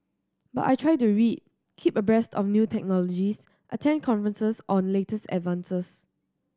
but I try to read keep abreast of new technologies attend conferences on the latest advances